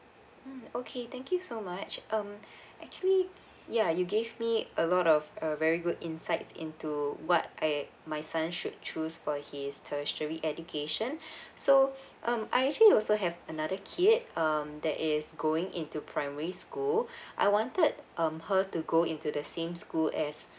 mm okay thank you so much um actually ya you give me a lot of a very good insights into what I my son should choose for his tertiary education so um I actually also have another kid um that is going into primary school I wanted um her to go into the same school as